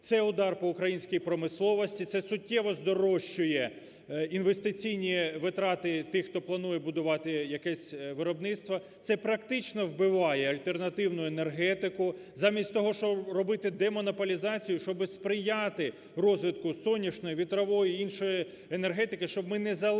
Це удар по українській промисловості, це суттєво здорощує інвестиційні витрати тих, хто планує будувати якесь виробництво, це практично вбиває альтернативну енергетику, замість того, що робити демонополізацію, щоб сприяти розвитку сонячної, вітрової і іншої енергетики, щоб ми не залежали